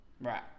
right